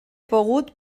pogut